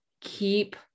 keep